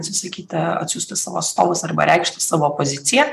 atsisakyti atsiųsti savo atstovus arba reikšti savo poziciją